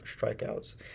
strikeouts